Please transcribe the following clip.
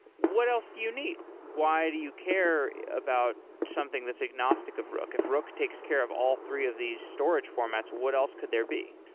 what else do you need? why do you care about something that's agnostic of rook? if rook takes care of all three of the storage formats, what else could there be?